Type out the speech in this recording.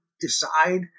decide